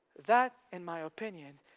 that in my opinion,